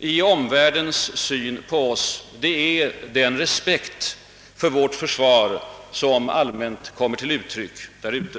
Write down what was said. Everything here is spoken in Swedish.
vad gäller omvärldens syn på oss är den respekt för vårt försvar som allmänt kommer till uttryck utomlands.